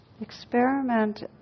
Experiment